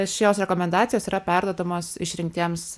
šios rekomendacijos yra perduodamos išrinktiems